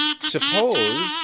Suppose